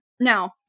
Now